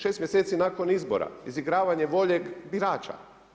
Šest mjeseci nakon izbora izigravanje volje birača.